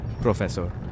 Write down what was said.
professor